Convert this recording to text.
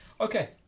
Okay